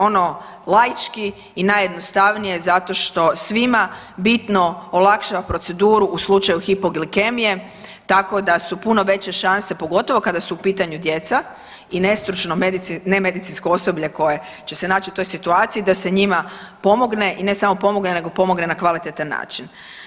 Ono laički i najjednostavnije zato što svima bitno olakšava proceduru u slučaju hipoglikemije, tako da su puno veće šanse pogotovo kada su u pitanju djeca i nestručno nemedicinsko osoblje koje će se naći u toj situaciji, da se njima pomogne i ne samo pomogne, nego pomogne na kvalitetan način.